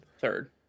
Third